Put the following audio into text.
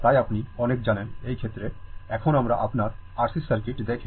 তাই আপনি অনেক জানেন এই ক্ষেত্রে এখন আমরা আপনার আরসি সার্কিট দেখে